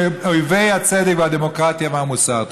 אויבי הצדק והדמוקרטיה והמוסר.